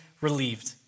relieved